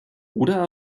oder